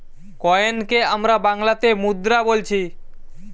কয়েনকে আমরা বাংলাতে মুদ্রা বোলছি